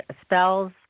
spells